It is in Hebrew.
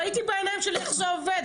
ראיתי בעיניים שלי איך זה עובד,